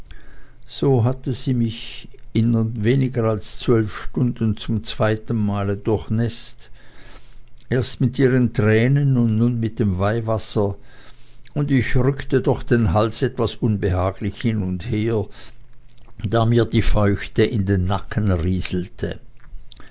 so hatte sie mich in weniger als zwölf stunden zum zweiten male durchnäßt erst mit ihren tränen und nun mit dem weihwasser und ich rückte doch den hals etwas unbehaglich her und hin da mir die feuchte in den nacken rieselte